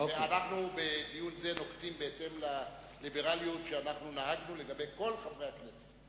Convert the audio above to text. בדיון זה נוקטים בהתאם לליברליות שנהגנו לגבי כל חברי הכנסת.